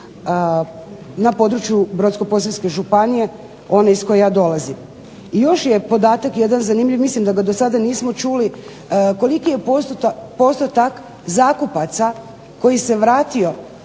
na području Brodsko-posavske županije, one iz koje ja dolazim. I još je jedan podatak zanimljiv, mislim da ga do sada nismo čuli koliki je postotak zakupaca koji se vratio